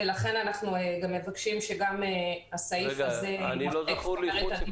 ולכן אנחנו גם מבקשים שהסעיף הזה יימחק זאת אומרת,